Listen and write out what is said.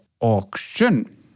auction